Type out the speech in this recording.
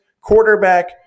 quarterback